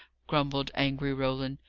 grumbled angry roland.